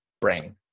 brain